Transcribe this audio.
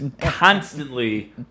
constantly